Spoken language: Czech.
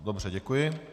Dobře, děkuji.